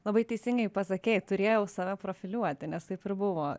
labai teisingai pasakei turėjau save profiliuoti nes taip ir buvo